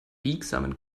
biegsamen